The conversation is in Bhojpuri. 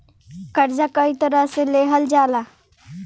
कर्जा कई तरह से लेहल जाला